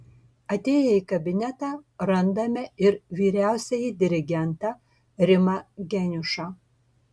atėję į kabinetą randame ir vyriausiąjį dirigentą rimą geniušą